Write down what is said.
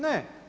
Ne.